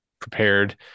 prepared